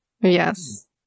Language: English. Yes